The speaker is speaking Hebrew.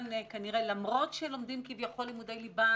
ולמרות שלומדים כביכול לימודי ליבה,